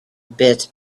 bit